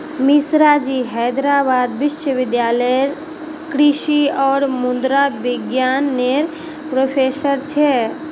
मिश्राजी हैदराबाद विश्वविद्यालय लेरे कृषि और मुद्रा विज्ञान नेर प्रोफ़ेसर छे